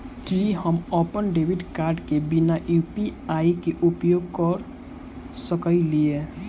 की हम अप्पन debit card केँ बिना यु.पी.आई केँ उपयोग करऽ सकलिये?